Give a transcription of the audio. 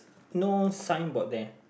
no sign board there